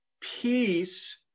Peace